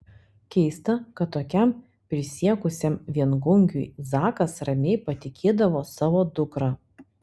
keista kad tokiam prisiekusiam viengungiui zakas ramiai patikėdavo savo dukrą